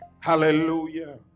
hallelujah